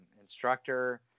instructor